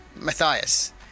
Matthias